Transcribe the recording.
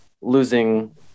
losing